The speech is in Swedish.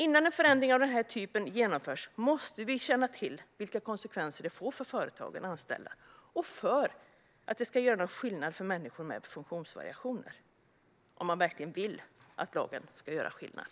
Innan en förändring av den här typen genomförs måste vi känna till vilka konsekvenser den får för företag, anställda och människor med funktionsvariationer - om man verkligen vill att lagen ska göra skillnad!